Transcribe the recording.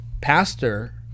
pastor